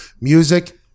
Music